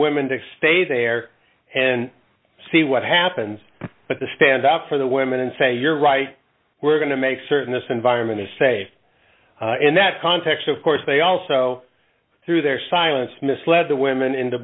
women to stay there and see what happens but the stand up for the women and say you're right we're going to make certain this environment to say in that context of course they also through their silence misled the women into